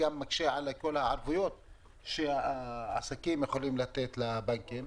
גם מקשה על כל הערבויות שהעסקים יכולים לתת לבנקים.